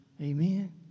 Amen